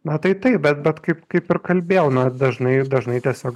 na tai taip bet bet kaip kaip ir kalbėjau na dažnai dažnai tiesiog